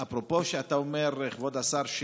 אפרופו כשאתה אומר, כבוד השר,